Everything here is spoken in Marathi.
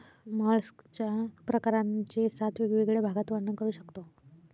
मॉलस्कच्या प्रकारांचे सात वेगवेगळ्या भागात वर्णन करू शकतो